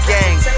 Gang